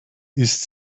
ist